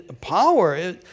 power